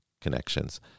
connections